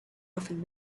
often